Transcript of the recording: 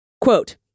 Quote